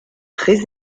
très